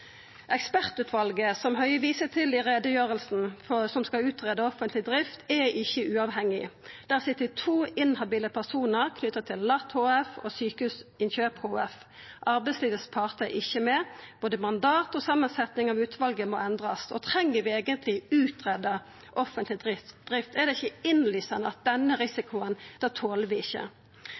Ekspertutvalet som Høie viser til i utgreiinga, som skal greia ut offentleg drift, er ikkje uavhengig. Der sit det to inhabile personar knytt til Luftambulansetenesta HF og Sjukehusinnkjøp HF. Partane i arbeidslivet er ikkje med. Både mandat og samansetjing av utvalet må endrast. Og treng vi eigentleg å greia ut offentleg drift? Er det ikkje innlysande at denne risikoen toler vi ikkje?